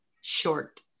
short